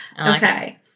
Okay